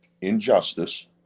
injustice